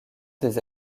des